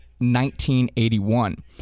1981